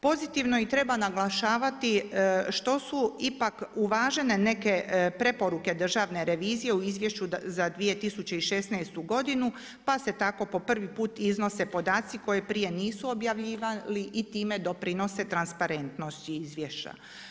Pozitivno i treba naglašavati što su ipak uvažene neke preporuke Državne revizije u izvješću za 2016. pa se tako po prvi put iznose podaci koji prije nisu objavljivali i time doprinose transparentnost izvješća.